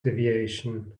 deviation